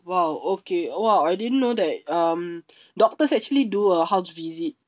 !wow! okay !wow! I didn't know that um doctors actually do a house visit